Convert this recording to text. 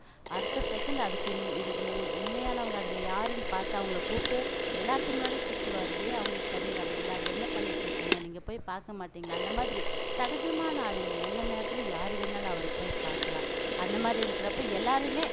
அடுத்த செகண்ட் அதுக்கு இன் இது உண்மையானவங்க அதில் யாருன்னு பார்த்து அவங்களை கூப்பிட்டு எல்லோருத்துக்கு முன்னாடியும் திட்டுவார் ஏன் அவங்களுக்கு தண்ணி வர்றதில்லை அது என்ன பண்ணிட்டுருக்கீங்க நீங்கள் போய் பார்க்க மாட்டீங்களா அந்த மாதிரி சகஜமான ஆளுங்க எந்த நேரத்தில் யார் வேணுனாலும் அவரைப் போய் பார்க்கலாம் அந்தமாதிரி இருக்கிறப்ப எல்லாரையுமே